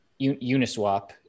uniswap